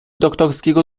doktorskiego